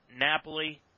Napoli